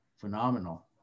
Phenomenal